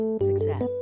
success